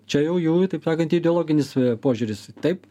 čia jau jų taip sakant ideologinis požiūris taip